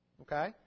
Okay